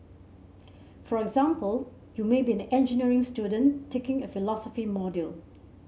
for example you may be an engineering student taking a philosophy module